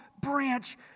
branch